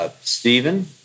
Stephen